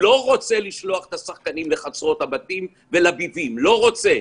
לא רוצה לשלוח את השחקים לחצרות הביבים, לא רוצה.